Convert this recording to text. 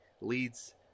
leads